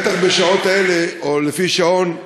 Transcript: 1. בטח בשעות אלה, או לפי שְעון,